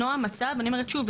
אני אומרת שוב,